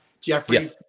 Jeffrey